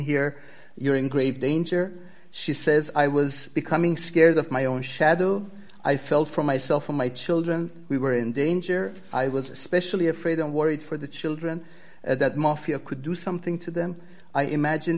here you're in grave danger she says i was becoming scared of my own shadow i felt for myself and my children we were in danger i was especially afraid and worried for the children that mafia could do something to them i imagine